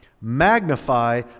magnify